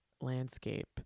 landscape